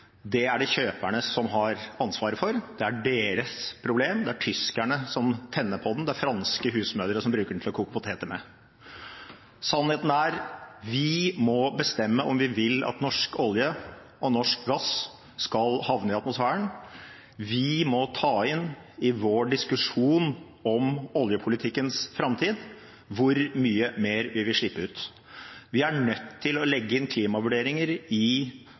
er det kjøperne som har ansvaret for, det er deres problem, det er tyskerne som tenner på den, det er franske husmødre som bruker den til å koke poteter med. Sannheten er: Vi må bestemme om vi vil at norsk olje og norsk gass skal havne i atmosfæren. Vi må ta inn i vår diskusjon om oljepolitikkens framtid hvor mye mer vi vil slippe ut. Vi er nødt til å legge inn klimavurderinger i